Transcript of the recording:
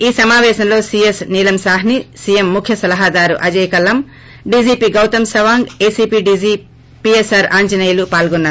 ఈ సమాపేశంలో CS Neelam Sawhney CM ముఖ్య సలహాదారు Ajeya Kallam DGP Goutam Sawang ACB DG PSR Anjaneyulu పాల్గొన్నారు